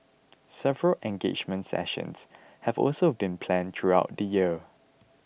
several engagement sessions have also been planned throughout the year